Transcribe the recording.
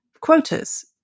quotas